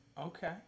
Okay